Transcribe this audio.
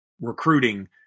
recruiting